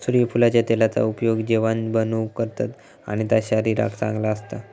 सुर्यफुलाच्या तेलाचा उपयोग जेवाण बनवूक करतत आणि ता शरीराक चांगला असता